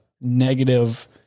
negative